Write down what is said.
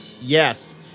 Yes